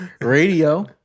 Radio